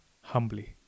humbly